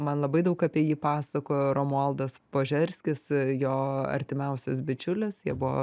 man labai daug apie jį pasakojo romualdas požerskis jo artimiausias bičiulis jie buvo